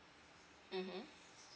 mmhmm